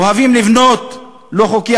אוהבים לבנות לא חוקי,